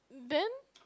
then